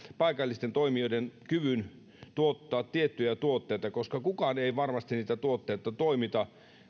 paikallisten toimijoiden kyvyn tuottaa tiettyjä tuotteita koska kukaan ei varmasti niitä tuotteita toimita